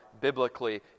biblically